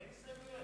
אין הסתייגויות.